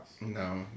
No